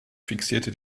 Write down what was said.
fixierte